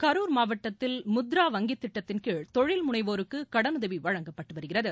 கரூர் மாவட்டத்தில் முத்ரா வங்கித்திட்டத்திள்கீழ் தொழில் முனைவோருக்கு கடனுதவி வழங்கப்பட்டு வருகிறது